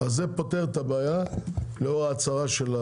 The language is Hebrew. זה פותר את הבעיה לאור ההצהרה.